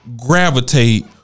gravitate